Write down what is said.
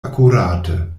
akurate